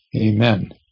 amen